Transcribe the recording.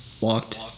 Walked